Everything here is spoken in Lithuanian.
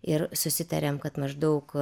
ir susitarėm kad maždaug